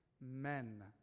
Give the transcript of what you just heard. men